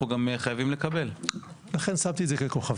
חייבים לקבל לכן שמתי את זה ככוכבית.